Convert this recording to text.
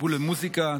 טיפול במוזיקה,